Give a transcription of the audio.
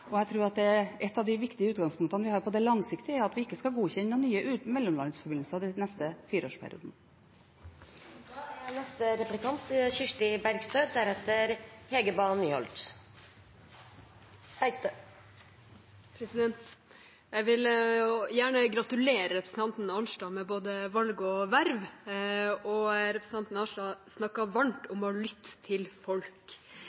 og jeg tror at et av de viktige utgangspunktene vi har på det langsiktige, er at vi ikke skal godkjenne noen nye mellomlandsforbindelser den neste fireårsperioden. Jeg vil gjerne gratulere representanten Arnstad med både valg og verv. Representanten Arnstad snakket varmt om å lytte til folk.